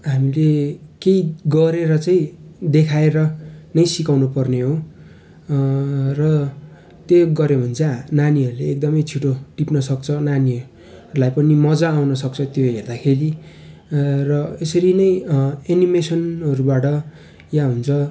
हामीले केही गरेर चाहिँ देखाएर नै सिकाउनुपर्ने हो र त्यही गर्यो भने चाहिँ नानीहरूले एकदमै छिटो टिप्नसक्छ नानीलाई पनि मजा आउनसक्छ त्यो हेर्दाखेरि र यसरी नै एनिमेसनहरूबाट या हुन्छ